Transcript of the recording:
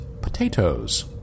potatoes